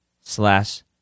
slash